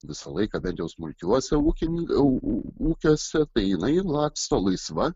visą laiką bent jau smulkiuose ūkininkų ūkiuose tai jinai laksto laisva